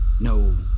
No